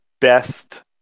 best